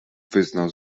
wyznał